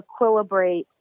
equilibrate